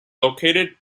located